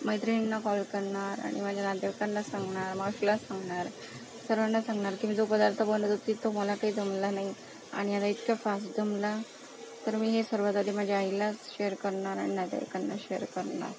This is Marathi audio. मैत्रिणींना कॉल करणार आणि माझ्या नातेवाईकांना सांगणार मावशीला सांगणार सर्वांना सांगणार की मी जो पदार्थ बनवत होती तो मला काही जमला नाही आणि आता इतक्या फास जमला तर मी हे सर्वात आधी माझ्या आईला शेयर करणार आणि नातेवाईकांना शेयर करणार